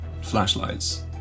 flashlights